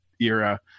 era